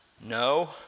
No